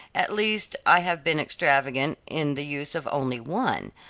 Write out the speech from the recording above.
at least i have been extravagant in the use of only one,